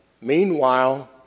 Meanwhile